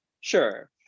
Sure